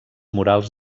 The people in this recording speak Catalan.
murals